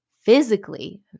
physically